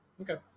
Okay